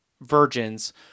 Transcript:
virgins